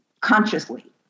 consciously